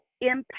impact